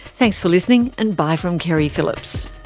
thanks for listening and bye from keri phillips.